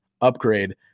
upgrade